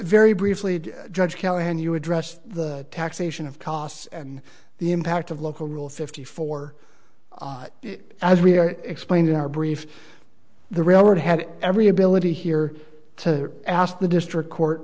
very briefly judge callahan you addressed the taxation of costs and the impact of local rule fifty four as we explained in our brief the railroad had every ability here to ask the district court